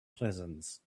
presence